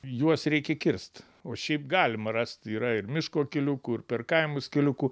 juos reikia kirst o šiaip galima rast yra ir miško keliukų ir per kaimus keliukų